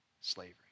slavery